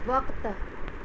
وقت